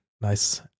Nice